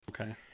Okay